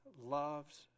loves